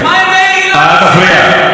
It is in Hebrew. מה זה, אל תפריע.